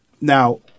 Now